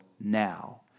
now